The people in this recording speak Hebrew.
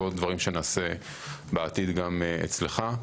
ועוד דברים שנעשה בעתיד גם אצלך.